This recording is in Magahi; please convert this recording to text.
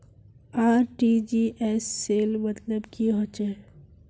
आर.टी.जी.एस सेल मतलब की होचए?